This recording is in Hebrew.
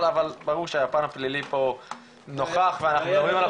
אבל ברור שהפן הפלילי פה נוכח ואנחנו מדברים עליו